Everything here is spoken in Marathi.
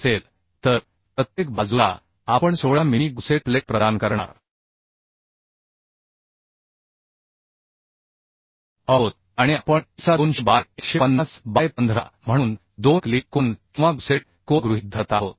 असेल तर प्रत्येक बाजूला आपण 16 मिमी गुसेट प्लेट प्रदान करणार आहोत आणि आपण ISA200 बाय 150 बाय 15 म्हणून दोन क्लीट कोन किंवा गुसेट कोन गृहीत धरत आहोत